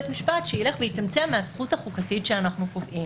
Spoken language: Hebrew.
המשפט שילך ויצמצם מהזכות החוקתית שאנחנו קובעים.